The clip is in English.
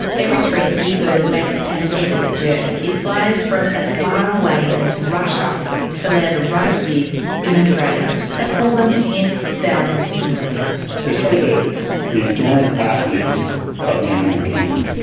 every spring, this bird makes an epic journey. it flies from as far away as russia to land right here in australia that's more than ten thousand kilometres. they're sort of the the endurance athletes of the animal kingdom.